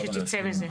תודה רבה.